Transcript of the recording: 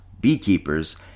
beekeepers